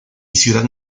ciudad